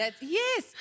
Yes